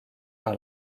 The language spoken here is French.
par